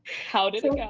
how did it go?